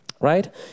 right